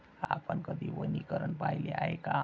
आपण कधी वनीकरण पाहिले आहे का?